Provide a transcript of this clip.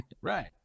Right